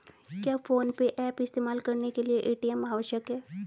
क्या PhonePe app इस्तेमाल करने के लिए ए.टी.एम आवश्यक है?